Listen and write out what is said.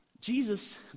Jesus